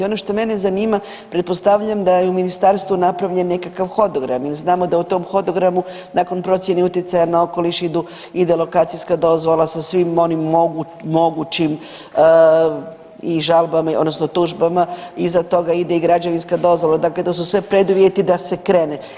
Ono što mene zanima pretpostavljam da je u ministarstvu napravljen nekakav hodogram jer znamo da u tom hodogramu nakon procjene utjecaja na okoliš idu, ide lokacijska dozvola sa svim onim mogućim i žalbama, odnosno tužbama, iza toga ide i građevinska dozvola, dakle to su sve preduvjeti da se krene.